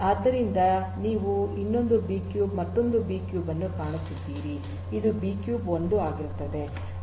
ಆದ್ದರಿಂದ ನೀವು ಇನ್ನೊಂದು ಬಿಕ್ಯೂಬ್ ಮತ್ತೊಂದು ಬಿಕ್ಯೂಬ್ ಅನ್ನು ಕಾಣುತ್ತಿದ್ದೀರಿ ಮತ್ತು ಇದು ಬಿಕ್ಯೂಬ್ 1 ಆಗುತ್ತದೆ